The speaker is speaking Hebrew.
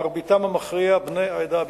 מרביתם המכריע בני העדה הבדואית.